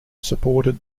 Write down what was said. supported